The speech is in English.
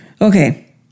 Okay